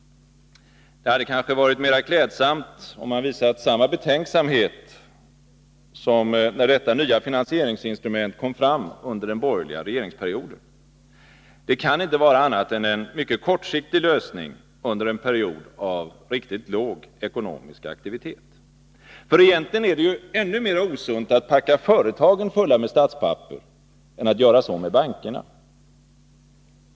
Det hade kanske varit mera klädsamt om han hade visat samma betänksamhet som när detta nya finansieringsinstrument tillkom under den borgerliga regeringsperioden. Det kan inte vara fråga om något annat än en mycket kortsiktig lösning under en period av riktigt låg ekonomisk aktivitet. Egentligen är det ännu mera osunt att ”packa” företagen fulla med statspapper än att göra så med bankerna.